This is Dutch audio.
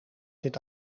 dit